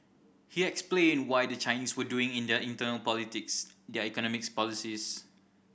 he explained why the Chinese were doing in their internal politics their economic policies